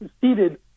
seated